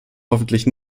hoffentlich